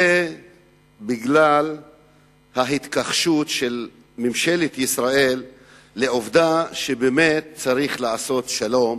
זה בגלל ההתכחשות של ממשלת ישראל לעובדה שבאמת צריך לעשות שלום,